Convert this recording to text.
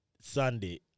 Sunday